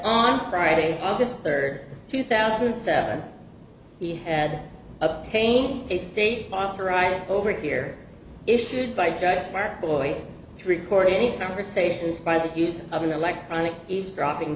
on friday august third two thousand and seven he had obtained a state authorized over here issued by dr mark boy to record any conversations by the use of an electronic eavesdropping